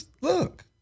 look